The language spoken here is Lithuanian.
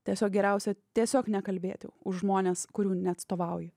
tiesiog geriausia tiesiog nekalbėti už žmones kurių neatstovauji